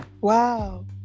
Wow